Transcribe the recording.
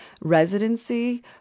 Residency